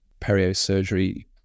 periosurgery